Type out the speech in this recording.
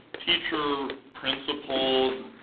teacher, principal,